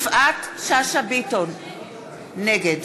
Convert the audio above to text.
נגד